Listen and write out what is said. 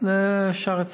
ל"שערי צדק".